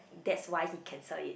that's why he cancel it